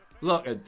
Look